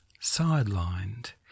sidelined